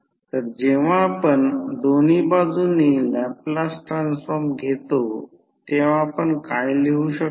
तर जेव्हा आपण दोन्ही बाजूंनी लॅपलास ट्रान्सफॉर्म घेतो तेव्हा आपण काय लिहू शकतो